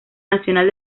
nacional